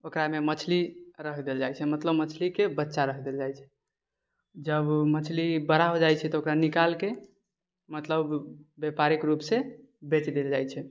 ओकरामे मछली रख देल जाइ छै मतलब मछलीके बच्चा रख देल जाइ छै जब मछली बड़ा हो जाइ छै तऽ ओकरा निकालके मतलब व्यापारिक रूपसँ बेच देल जाइ छै